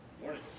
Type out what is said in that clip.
Morning